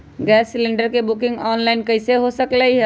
Gas cylinder के booking online कईसे हो सकलई ह?